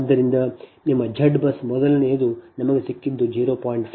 ಆದ್ದರಿಂದ ನಿಮ್ಮ Z BUS ಮೊದಲನೆಯದು ನಮಗೆ ಸಿಕ್ಕಿದ್ದು 0